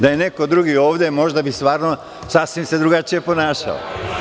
Da je neko drugi ovde, možda bi se sasvim drugačije ponašao.